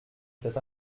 cet